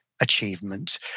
achievement